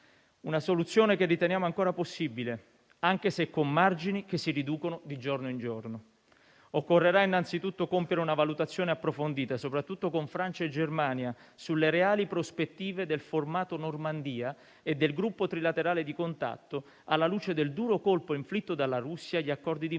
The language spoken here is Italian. una soluzione che riteniamo ancora possibile, anche se con margini che si riducono di giorno in giorno. Occorrerà, innanzitutto, compiere una valutazione approfondita soprattutto con Francia e Germania sulle reali prospettive del formato Normandia e del gruppo trilaterale di contatto, alla luce del duro colpo inflitto dalla Russia agli accordi di Minsk